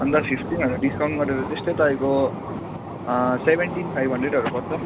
अन्त fifteen hundred discount गरेर त्यस्तै तपाईँको सेभेन्टिन फाइभ हन्ड्रेडहरू पर्छ